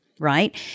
right